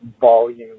volume